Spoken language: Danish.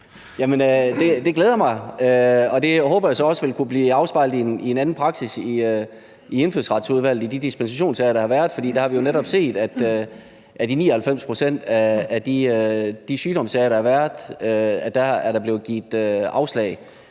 det glæder mig, og det håber jeg så også vil kunne blive afspejlet i en anden praksis i Indfødsretsudvalget i de dispensationssager, der har været, for der har vi jo netop set, at i 99 pct. af de sygdomssager, der har været, er der blevet givet afslag.